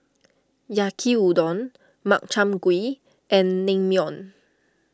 Yaki Udon Makchang Gui and Naengmyeon